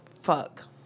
Fuck